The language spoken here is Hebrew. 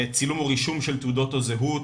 צילום או רישום של תעודות הזהות,